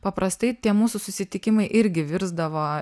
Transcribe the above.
paprastai tie mūsų susitikimai irgi virsdavo